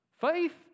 Faith